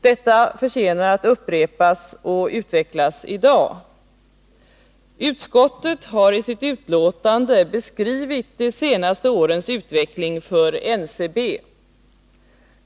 Detta förtjänar att upprepas och utvecklas i dag. Utskottet har i sitt betänkande beskrivit de senaste årens utveckling för NCB.